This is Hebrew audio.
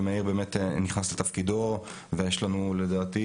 ומאיר באמת נכנס לתפקידו ויש לנו לדעתי